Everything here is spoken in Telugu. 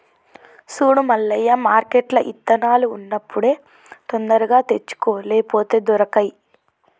సూడు మల్లయ్య మార్కెట్ల ఇత్తనాలు ఉన్నప్పుడే తొందరగా తెచ్చుకో లేపోతే దొరకై